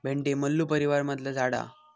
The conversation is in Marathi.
भेंडी मल्लू परीवारमधला झाड हा